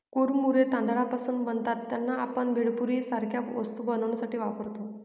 कुरमुरे तांदळापासून बनतात त्यांना, आपण भेळपुरी सारख्या वस्तू बनवण्यासाठी वापरतो